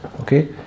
Okay